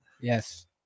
Yes